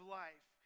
life